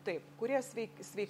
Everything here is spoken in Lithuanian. taip kurie sveik sveik